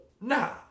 Nah